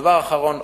דבר אחרון,